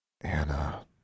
Anna